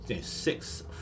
six